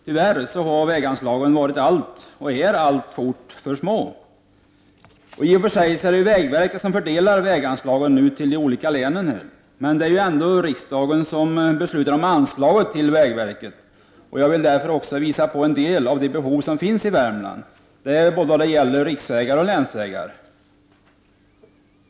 Tyvärr har väganslagen varit och är alltfort för små. é Det är vägverket som fördelar väganslagen till de olika länen, men det är riksdagen som beslutar om anslaget till vägverket. Jag vill därför påvisa en del av de behov som finns i Värmland vad gäller både riksvägar och länsvägar.